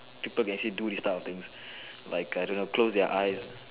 picture can actually do this type of thing like I don't know close their eyes